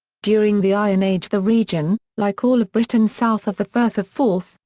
during the iron age the region, like all of britain south of the firth of forth,